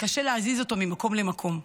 קשה להזיז אותו ממקום למקום.